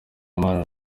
imana